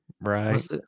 right